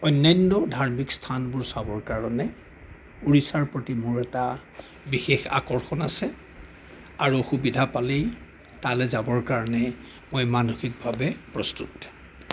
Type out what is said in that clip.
অন্য়ান্য় ধাৰ্মিক স্থানবোৰ চাবৰ কাৰণে উৰিষ্য়াৰ প্ৰতি মোৰ এটা বিশেষ আকৰ্ষণ আছে আৰু সুবিধা পালেই তালৈ যাবৰ কাৰণে মই মানসিকভাৱে প্ৰস্তুত